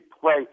play